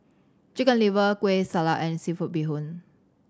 Chicken Liver Kueh Salat and seafood bee hoon